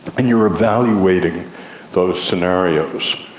and you are evaluating those scenarios.